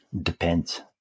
Depends